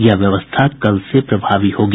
यह व्यवस्था कल से प्रभावी होगी